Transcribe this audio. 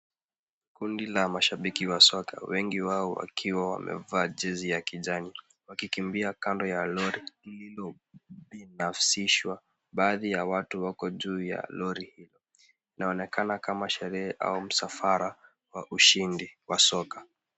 Kundi la mashabiki wa soka wengi wao wakiwa wamevaa jezi ya kijani wakikimbia kando ya lori lililobinafsishwa. Baadhi ya watu wako juu ya lori hilo. Inaonekana kama sherehe au msafara wa ushindi wa soka.